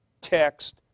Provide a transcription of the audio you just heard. text